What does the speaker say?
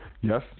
Yes